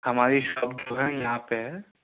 ہماری شاپ جو ہے یہاں پہ ہے